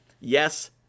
Yes